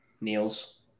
Niels